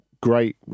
great